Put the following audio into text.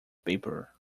paper